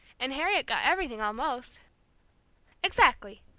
and harriet got everything, almost. exactly,